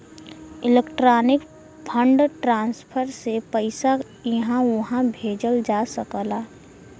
electronic fund transfer से पइसा इहां उहां भेजल जा सकला